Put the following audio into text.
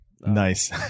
Nice